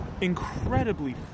incredibly